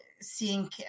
seeing